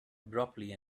abruptly